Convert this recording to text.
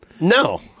No